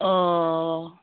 অ